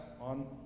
on